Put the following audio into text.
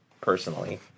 personally